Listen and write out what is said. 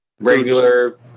regular